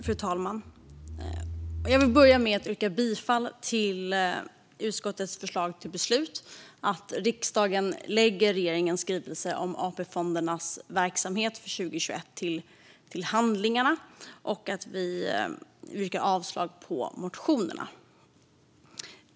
Fru talman! Jag vill börja med att yrka bifall till utskottets förslag till beslut, alltså att riksdagen lägger regeringens skrivelse om AP-fondernas verksamhet till handlingarna, och avslag på motionerna.